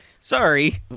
Sorry